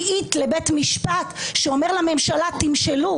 שצריכים לפתור את הבעיות המשפטיות שלהם דרך מה שהם עושים פה.